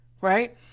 right